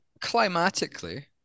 climatically